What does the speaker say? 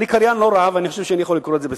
אני קריין לא רע ואני חושב שאני יכול לקרוא את זה בסדר: